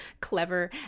clever